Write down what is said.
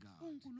God